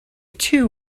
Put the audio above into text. two